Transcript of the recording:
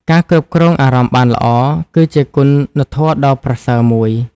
ការគ្រប់គ្រងអារម្មណ៍បានល្អ គឺជាគុណធម៌ដ៏ប្រសើរមួយ។